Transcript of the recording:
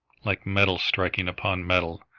like metal striking upon metal.